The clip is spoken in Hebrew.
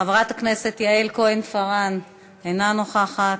חברת הכנסת יעל כהן-פארן, אינה נוכחת.